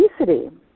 obesity